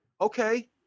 okay